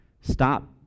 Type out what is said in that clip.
stop